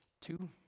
two